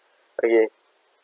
okay